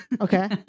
Okay